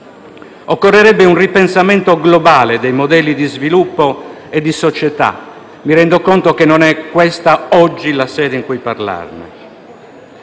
Occorrerebbe un ripensamento globale dei modelli di sviluppo e di società, ma mi rendo conto che non è questa oggi la sede in cui parlarne.